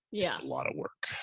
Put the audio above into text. yeah lot of work.